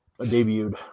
debuted